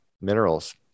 minerals